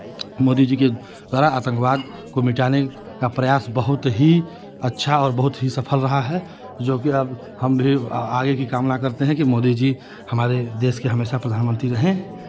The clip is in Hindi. मोदी जी के द्वारा आतंकवाद को मिटाने का प्रयास बहुत ही अच्छा और बहुत ही सफल रहा है जो कि अब हम भी आगे की कामना करते हैं कि मोदी जी हमारे देश के हमेशा प्रधानमंत्री रहें